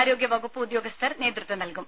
ആരോഗ്യവകുപ്പ് ഉദ്യോഗസ്ഥർ നേതൃത്വം നൽകും